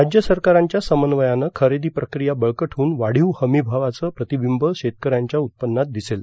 राज्य सरकारांच्या समन्वयानं खरेदी प्रक्रिया बळकट होऊन वाढीव हमीभावाचं प्रतिबिंब शेतकऱ्यांच्या उत्पन्नात दिसेल